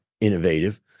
innovative